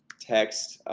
text